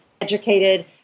educated